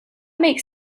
makes